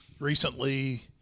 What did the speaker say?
Recently